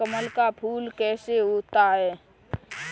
कमल का फूल कैसा होता है?